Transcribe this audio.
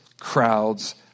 crowds